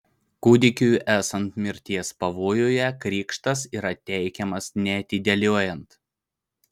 kūdikiui esant mirties pavojuje krikštas yra teikiamas neatidėliojant